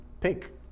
pick